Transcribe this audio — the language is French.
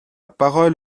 parole